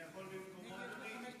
אני יכול במקומו, אדוני?